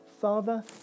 Father